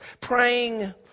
praying